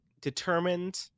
determined